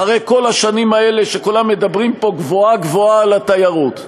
אחרי כל השנים האלה שכולם מדברים פה גבוהה-גבוהה על התיירות,